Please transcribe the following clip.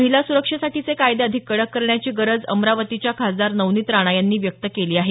महिला सुरक्षेसाठीचे कायदे अधिक कडक करण्याची गरज अमरावतीच्या खासदार नवनीत राणा यांनी व्यक्त केली आहे